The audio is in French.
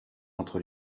entre